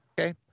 okay